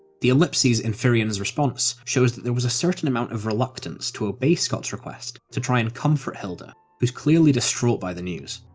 the ellipses in firion's response shows that there was a certain amount of reluctance to obey scott's request, to try and comfort hilda, who's clearly distraught by the news.